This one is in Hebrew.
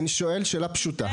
אני שואל שאלה פשוטה,